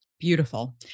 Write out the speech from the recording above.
beautiful